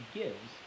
gives